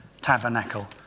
tabernacle